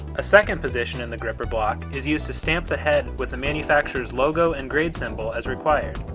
a second position in the gripper block is used to stamp the head with the manufacturer's logo and grade symbol as required.